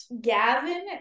Gavin